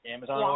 Amazon